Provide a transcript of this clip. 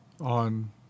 on